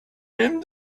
him